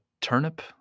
turnip